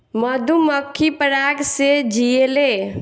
मधुमक्खी पराग से जियेले